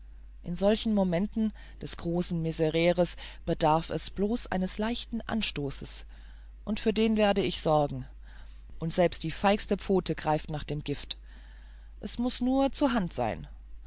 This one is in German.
in solchen momenten des großen misereres bedarf es bloß eines leisen anstoßes und für den werde ich sorgen und selbst die feigste pfote greift nach dem gift es muß nur zur hand sein